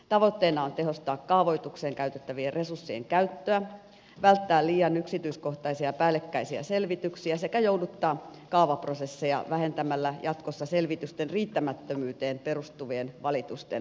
tavoitteena on tehostaa kaavoitukseen käytettävien resurssien käyttöä välttää liian yksityiskohtaisia päällekkäisiä selvityksiä sekä jouduttaa kaavaprosesseja vähentämällä jatkossa selvitysten riittämättömyyteen perustuvien valitusten määrää